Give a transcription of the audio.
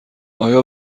آیا